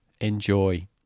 Enjoy